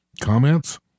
Comments